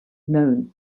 known